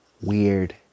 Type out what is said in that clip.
weird